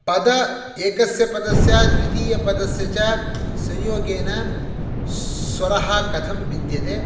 पद एकस्य पदस्य द्वितीयपदस्य च संयोगेन स्वरः कथं भिद्यते